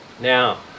Now